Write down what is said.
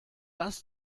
das